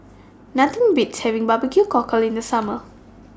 Nothing Beats having Barbecue Cockle in The Summer